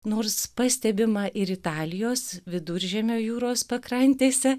nors pastebima ir italijos viduržemio jūros pakrantėse